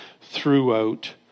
throughout